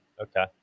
okay